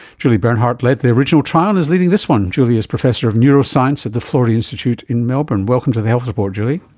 julie bernhardt led the original trial and is leading this one. julie is professor of neuroscience at the florey institute in melbourne. welcome to the health report, julie.